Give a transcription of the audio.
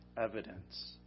evidence